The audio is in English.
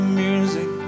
music